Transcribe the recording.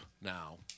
now